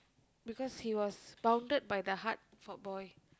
because he was bounded by the heart for boy